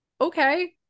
Okay